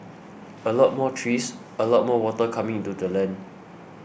a lot more trees a lot more water coming into the land